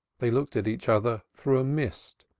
they looked at each other through a mist,